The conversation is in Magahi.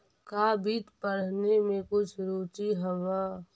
का वित्त पढ़ने में कुछ रुचि हवअ